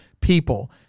people